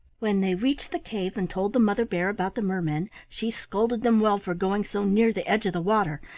when they reached the cave and told the mother bear about the mermen she scolded them well for going so near the edge of the water,